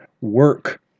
work